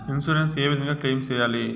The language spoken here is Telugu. ఇన్సూరెన్సు ఏ విధంగా క్లెయిమ్ సేయాలి?